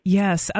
yes